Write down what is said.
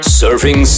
Surfing